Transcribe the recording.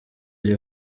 iri